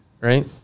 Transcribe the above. Right